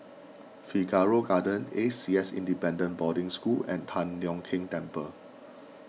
Figaro Gardens A C S Independent Boarding School and Tian Leong Keng Temple